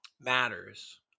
matters